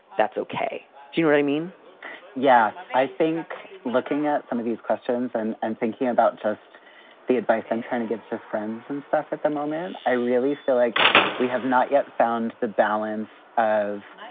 that's ok. do you really mean yeah. i think looking at some of these questions and i'm thinking about just the advice i'm trying to give to friends and stuff at the moment, i really feel like we have not yet found the balance of